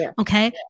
Okay